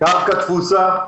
קרקע תפוסה,